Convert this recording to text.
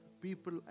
People